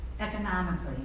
economically